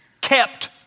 kept